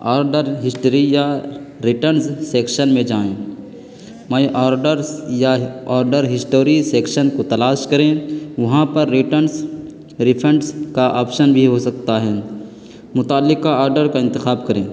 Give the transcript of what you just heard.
order history یا returns section میں جائیں مائی آرڈرس یا آڈر ہسٹوری سیکشن کو تلاش کریں وہاں پر ریٹنس ریفنڈس کا آپشن بھی ہو سکتا ہیں متعلقہ آڈر کا انتخاب کریں